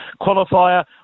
qualifier